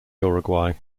uruguay